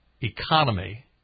Economy